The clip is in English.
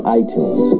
iTunes